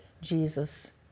Jesus